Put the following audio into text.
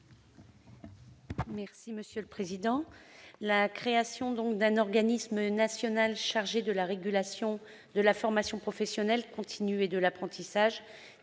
Mme Cathy Apourceau-Poly. La création d'un organisme national chargé de la régulation de la formation professionnelle continue et de l'apprentissage